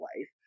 life